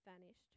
vanished